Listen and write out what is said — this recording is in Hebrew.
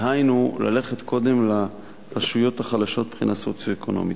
דהיינו ללכת קודם לרשויות החלשות מבחינה סוציו-אקונומית.